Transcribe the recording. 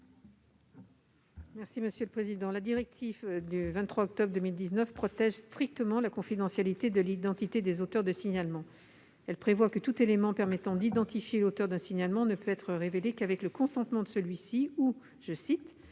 de la commission ? La directive du 23 octobre 2019 protège strictement la confidentialité de l'identité des auteurs de signalement. Elle prévoit que tout élément permettant d'identifier l'auteur d'un signalement ne peut être révélé qu'avec le consentement de celui-ci ou «